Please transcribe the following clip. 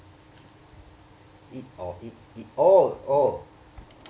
eat or eat eat oh oh